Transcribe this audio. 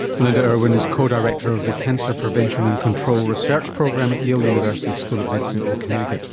melinda irwin is co-director of the cancer prevention and control research program at yale university school of medicine in connecticut.